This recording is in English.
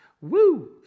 Woo